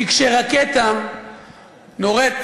כי כשרקטה נורית